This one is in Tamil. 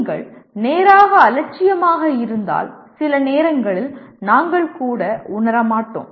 நீங்கள் நேராக அலட்சியமாக இருந்தால் சில நேரங்களில் நாங்கள் கூட உணர மாட்டோம்